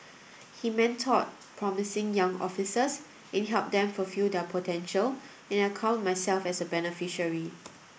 he mentored promising young officers and helped them fulfil their potential and I count myself a beneficiary